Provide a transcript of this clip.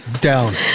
Down